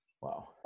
Wow